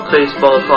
Baseball